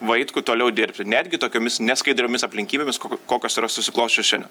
vaitkų toliau dirbti netgi tokiomis neskaidriomis aplinkybėmis kokios yra susiklosčius šiandien